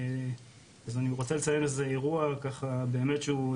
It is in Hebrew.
אז אני רוצה לציין איזה אירוע ככה באמת שהוא,